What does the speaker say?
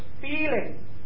feeling